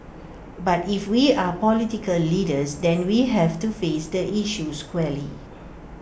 but if we are political leaders then we have to face the issue squarely